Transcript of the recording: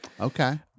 Okay